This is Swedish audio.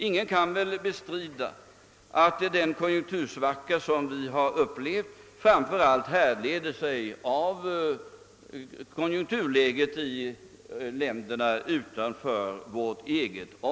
Ingen kan väl bestrida att den konjunktursvacka som vi nu upplevt framför allt härleder sig ur konjunkturläget i länderna utanför vårt eget.